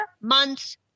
months